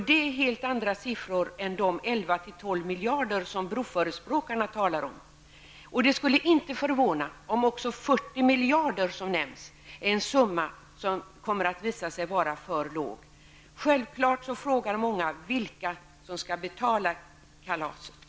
Det är helt andra siffror än de 11--12 miljarder kronor som broförespråkarna talar om. Det skulle inte förvåna om den summa på 40 miljarder kronor som nämnts kommer att visa sig vara för låg. Självfallet frågar sig många vilka det är som skall betala kalaset.